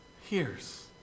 hears